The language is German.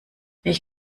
ich